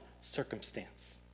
circumstance